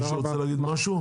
מישהו רוצה להגיד משהו?